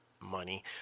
money